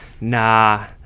nah